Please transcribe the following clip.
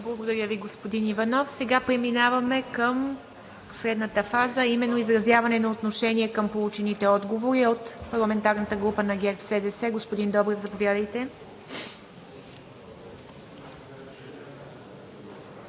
Благодаря Ви, господин Иванов. Сега преминаваме към последната фаза, а именно изразяване на отношение към получените отговори. От парламентарната група на ГЕРБ-СДС – господин Добрев, заповядайте.